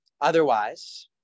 Otherwise